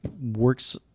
works